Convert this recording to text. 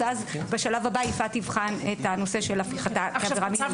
ובשלב הבא יפעת תבחן את נושא הפיכתה כעבירה מינהלית.